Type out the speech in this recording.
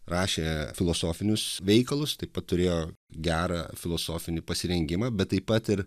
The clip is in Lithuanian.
rašė filosofinius veikalus taip pat turėjo gerą filosofinį pasirengimą bet taip pat ir